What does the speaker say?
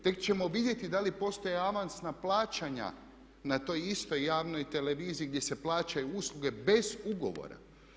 Tek ćemo vidjeti da li postoje avansna plaćanja na toj istoj javnoj televiziji gdje se plaćaju usluge bez ugovora.